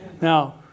Now